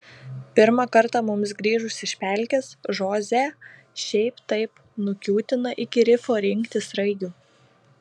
pirmą kartą mums grįžus iš pelkės žoze šiaip taip nukiūtina iki rifo rinkti sraigių